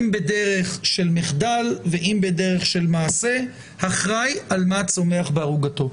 אם בדרך של מחדל ואם בדרך של מעשה - אחראי על מה צומח בערוגתו.